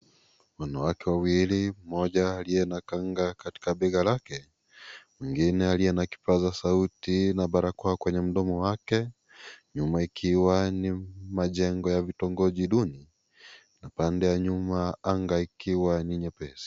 Wanawake wawili mmoja aliye na kanga katika bega lake mwingine aliye na kipasa sauti na barakoa kwenye mdomo wake nyuma ikiwa ni majengo ya kuhoji duni ,upande wa nyuma anga ikiwa ni nyepesi.